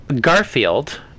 Garfield